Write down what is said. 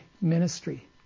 ministry